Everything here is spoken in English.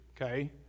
okay